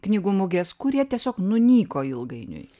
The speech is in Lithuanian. knygų mugės kurie tiesiog nunyko ilgainiui